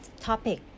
topic